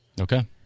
Okay